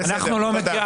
אתם לא מכירים?